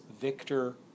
Victor